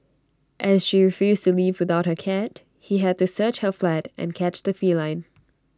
as she refused to leave without her cat he had to search her flat and catch the feline